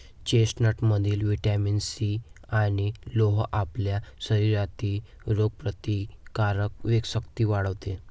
चेस्टनटमधील vitamin C आणि लोह आपल्या शरीरातील रोगप्रतिकारक शक्ती वाढवते